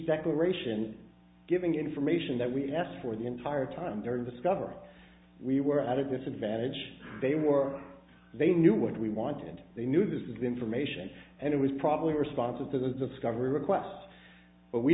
declaration giving information that we asked for the entire time during discovery we were at a disadvantage they were they knew what we wanted and they knew this information and it was probably responsive to those discoveries requests but we